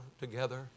together